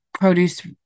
produce